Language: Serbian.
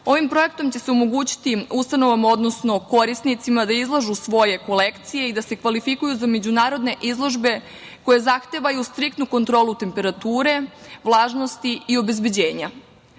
ovim projektom će se omogućiti, ustanovama, odnosno korisnicima da izlažu svoje kolekcije i da se kvalifikuju za međunarodne izložbe koje zahtevaju striktnu kontrolu temperature, vlažnosti i